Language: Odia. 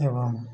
ଏବଂ